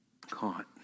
caught